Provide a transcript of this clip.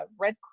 red